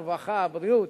הרווחה, הבריאות,